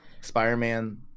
spider-man